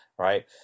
Right